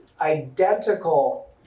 identical